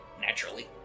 Naturally